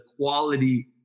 quality